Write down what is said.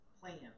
plan